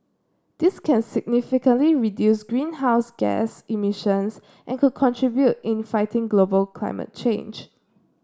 this can significantly reduce greenhouse gas emissions and could contribute in fighting global climate change